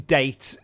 date